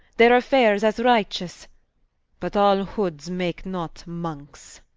their affaires as righteous but all hoods, make not monkes.